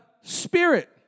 Spirit